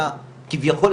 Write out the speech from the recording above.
כביכול,